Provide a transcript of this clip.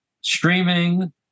streaming